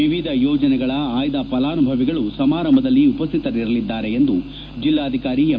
ವಿವಿಧ ಯೋಜನೆಗಳ ಆಯ್ದ ಫಲಾನುಭವಿಗಳು ಸಮಾರಂಭದಲ್ಲಿ ಉಪಸ್ಟಿತರಿರಲಿದ್ದಾರೆ ಎಂದು ಜಿಲ್ಲಾಧಿಕಾರಿ ಎಂ